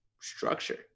structure